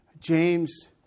James